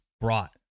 brought